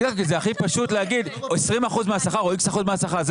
זה הכי פשוט להגיד 20 אחוזים מהשכר או איקס אחוז מהשכר.